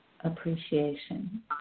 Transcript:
appreciation